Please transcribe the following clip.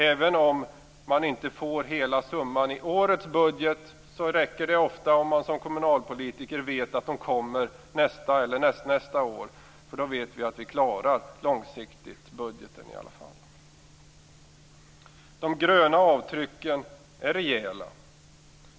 Även om man inte får hela summan i årets budget, räcker det ofta att man som kommunalpolitiker vet att de kommer nästa eller nästnästa år, för vi vet att vi då långsiktigt klarar budgeten i alla fall. De gröna avtrycken är rejäla.